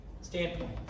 standpoint